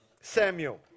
Samuel